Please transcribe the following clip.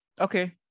Okay